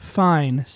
fine